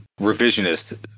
revisionist